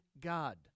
God